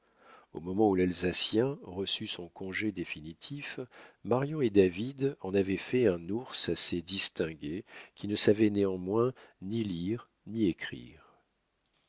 au moment où l'alsacien reçut son congé définitif marion et david en avaient fait un ours assez distingué qui ne savait néanmoins ni lire ni écrire